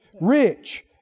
rich